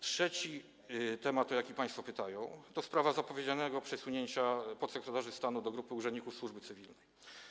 Trzeci temat, o jaki państwo pytają, to sprawa zapowiedzianego przesunięcia podsekretarzy stanu do grupy urzędników służby cywilnej.